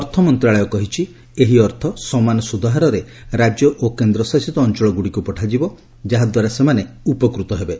ଅର୍ଥମନ୍ତ୍ରଣାଳୟ କହିଛି ଏହି ଅର୍ଥ ସମାନ ସୁଧ ହାରରେ ରାଜ୍ୟ ଓ କେନ୍ଦ୍ରଶାସିତ ଅଞ୍ଚଳଗୁଡ଼ିକୁ ପଠାଯିବ ଯାହାଦ୍ୱାରା ସେମାନେ ଉପକୃତ ହେବେ